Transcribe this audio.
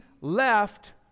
left